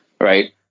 right